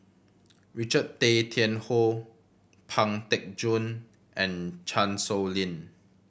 Richard Tay Tian Hoe Pang Teck Joon and Chan Sow Lin